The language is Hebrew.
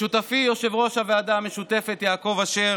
לשותפי יושב-ראש הוועדה המשותפת יעקב אשר,